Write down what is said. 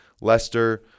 Leicester